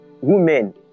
women